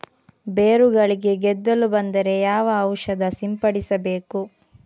ಬೇರುಗಳಿಗೆ ಗೆದ್ದಲು ಬಂದರೆ ಯಾವ ಔಷಧ ಸಿಂಪಡಿಸಬೇಕು?